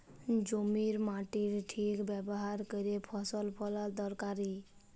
জমির মাটির ঠিক ব্যাভার ক্যইরে ফসল ফলাল দরকারি